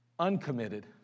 uncommitted